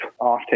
offtake